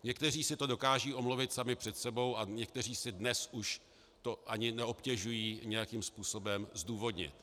Někteří si to dokážou omluvit sami před sebou a někteří si to už dnes ani neobtěžují nějakým způsobem zdůvodnit.